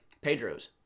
Pedro's